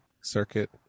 circuit